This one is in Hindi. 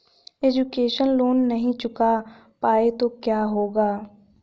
एजुकेशन लोंन नहीं चुका पाए तो क्या होगा?